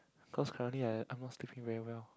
cause currently I I'm not sleeping very well